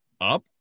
up